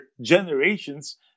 generations